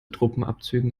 truppenabzügen